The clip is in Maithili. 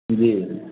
जी